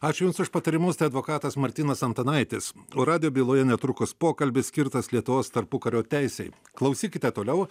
ačiū jums už patarimus tai advokatas martynas antanaitis o radijo byloje netrukus pokalbis skirtas lietuvos tarpukario teisei klausykite toliau